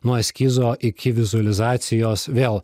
nuo eskizo iki vizualizacijos vėl